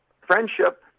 friendship